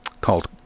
called